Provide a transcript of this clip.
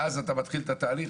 ואז אתה מתחיל את התהליך,